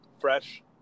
fresh